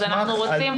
אנחנו רוצים,